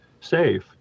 safe